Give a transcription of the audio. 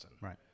Right